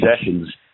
sessions